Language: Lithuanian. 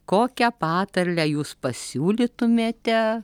kokią patarlę jūs pasiūlytumėte